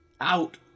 out